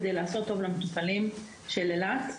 כדי לעשות טוב למטופלים של אילת.